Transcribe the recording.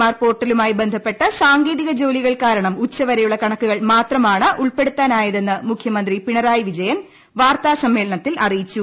R പോർട്ടലുമായി ബന്ധപ്പെട്ട സാങ്കേതിക ജോലികൾ കാരണം ഉച്ചവരെയുള്ള കണക്കുകൾ മാത്രമാണ് ഉൾപ്പെടുത്താനായതെന്ന് മുഖ്യമന്ത്രി പിണറായി വിജയൻ വാർത്താസമ്മേളനത്തിൽ അറിയിച്ചു